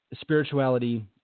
spirituality